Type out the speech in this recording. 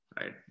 right